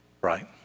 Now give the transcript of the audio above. Right